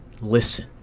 listen